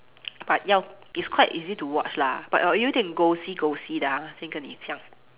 but ya it's quite easy to watch lah but 有一点 ghostly ghostly lah 先跟你讲